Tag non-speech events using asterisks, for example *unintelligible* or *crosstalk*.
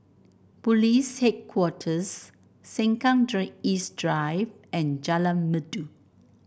Police Headquarters Sengkang *unintelligible* East Drive and Jalan Merdu